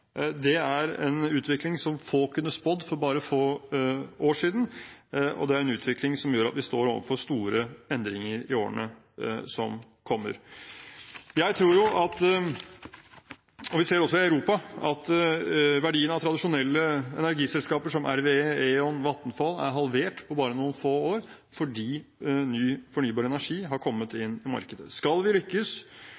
Det er en utvikling som få kunne spådd for bare få år siden, og det er en utvikling som gjør at vi står overfor store endringer i årene som kommer. Vi ser også i Europa at verdien av tradisjonelle energiselskaper, som RWE, E.ON og Vattenfall, er halvert på bare noen få år, fordi ny fornybar energi har kommet